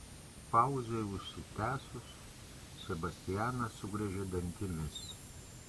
pauzei užsitęsus sebastianas sugriežė dantimis